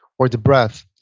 or the breath.